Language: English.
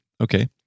Okay